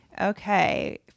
Okay